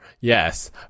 Yes